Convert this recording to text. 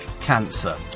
cancer